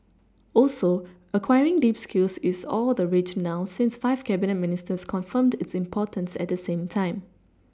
also acquiring deep skills is all the rage now since five Cabinet Ministers confirmed its importance at the same time